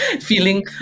feeling